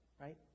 right